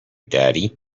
daddy